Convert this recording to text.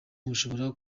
mushobora